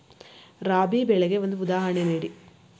ರಾಬಿ ಬೆಳೆಗೆ ಒಂದು ಉದಾಹರಣೆ ನೀಡಿ